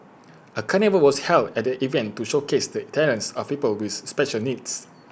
A carnival was held at the event to showcase the talents of people with special needs